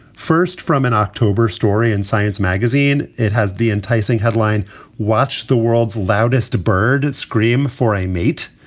first, from an october story in science magazine. it has the enticing headline watch the world's loudest bird scream for a mate.